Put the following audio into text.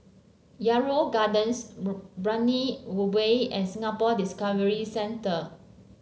Yarrow Gardens Brani Way and Singapore Discovery Centre